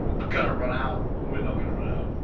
gonna run out we're not gonna run out,